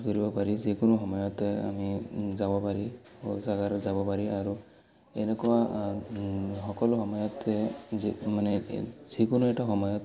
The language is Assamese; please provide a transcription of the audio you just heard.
কৰিব পাৰি যিকোনো সময়তে আমি যাব পাৰি শৌচাগাৰ যাব পাৰি আৰু এনেকুৱা সকলো সময়তে য মানে যিকোনো এটা সময়ত